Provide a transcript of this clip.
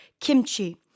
kimchi